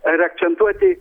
ir akcentuoti